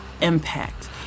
impact